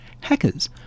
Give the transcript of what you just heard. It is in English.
Hackers